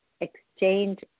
exchange